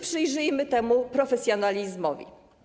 Przyjrzyjmy się temu profesjonalizmowi.